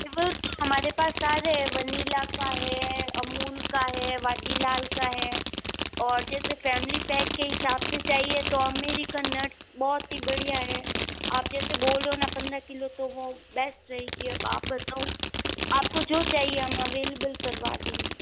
वो तो हमारे पास सारे हैं वनिला का है अमूल का है वाडीलाल का है और जैसे फ़ैमिली पैक के हिसाब से चाहिए तो अमेरिकन नट्स बहुत ही बढ़िया है आप जैसे बोल रहे हो ना पंद्रह किलो तो वो बेस्ट रहेगी अब आप बताओ आप को जो चाहिए हम अवेलेबल करवा देंगे